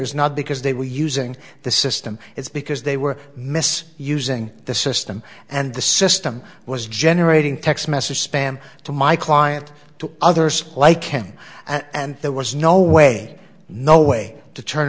is not because they were using the system it's because they were miss using the system and the system was generating text message spam to my client to others like ken and there was no way no way to turn